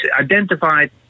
identified